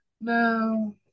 no